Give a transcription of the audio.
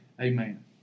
amen